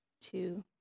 two